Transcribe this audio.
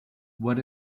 what